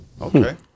Okay